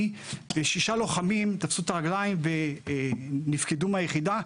ושישה לוחמים תפסו את הרגליים ונפקדו מהיחידה,